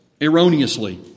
erroneously